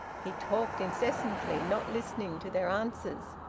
he talked incessantly, not listening to their answers.